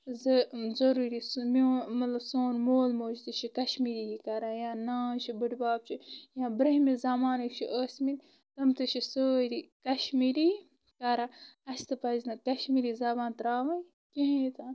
ضروٗری مطلب سون مول موج چھِ تہِ چھِ کشمیٖری کران نان چھِ بٕڈبب چھُ یا برونہمہِ زمانٕکۍ چھِ ٲسۍ مٕتۍ تِم تہِ چھِ سٲری کشمیٖری کران اسہِ تہِ پزِ نہٕ کشمیٖری زبان تراوٕنۍ کیٚنہہ تہِ